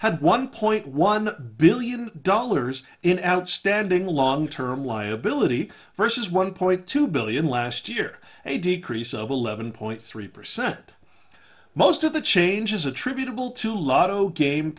had one point one billion dollars in outstanding long term liability versus one point two billion last year and a decrease of eleven point three percent most of the changes attributable to lotto game